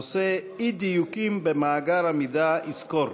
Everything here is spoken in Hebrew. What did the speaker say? הנושא: אי-דיוקים במאגר המידע "יזכור".